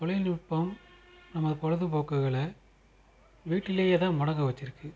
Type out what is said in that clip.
தொழில்நுட்பம் நமது பொழுதுபோக்குகள வீட்டிலேயே தான் முடங்க வச்சிருக்குது